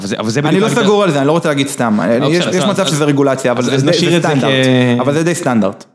אני לא סגור על זה, אני לא רוצה להגיד סתם, יש מצב שזה רגולציה, אבל זה די סטנדרט.